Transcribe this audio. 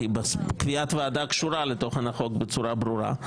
כי קביעת ועדה קשורה לתוכן החוק בצורה ברורה.